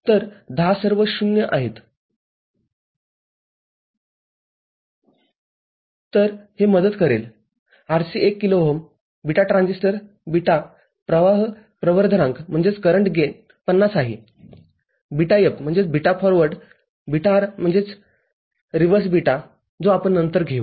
तर १० सर्व ० तेथे आहेततर हे मदत करेल RC १ किलो ओहमबीटा ट्रान्झिस्टर βप्रवाह प्रवर्धनांक ५० आहे βF म्हणजेच बीटा फॉरवर्ड βR म्हणजे म्हणजे रिव्हर्स बीटाजो आपण नंतर घेऊ